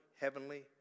heavenly